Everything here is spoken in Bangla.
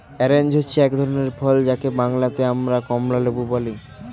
অরেঞ্জ এক ধরনের ফল যাকে বাংলাতে আমরা কমলালেবু বলি